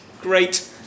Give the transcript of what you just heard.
Great